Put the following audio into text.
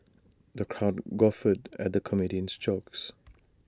the crowd guffawed at the comedian's jokes